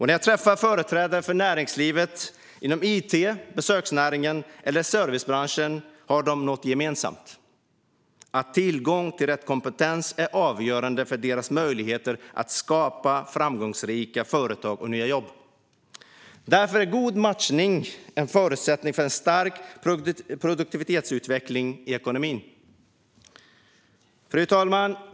När jag träffar företrädare för näringslivet inom it, besöksnäringen eller servicebranschen hör jag att de har något gemensamt: Tillgång till rätt kompetens är avgörande för deras möjligheter att skapa framgångsrika företag och nya jobb. Därför är god matchning en förutsättning för en stark produktivitetsutveckling i ekonomin. Fru talman!